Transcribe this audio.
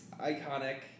iconic